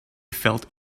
felt